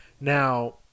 now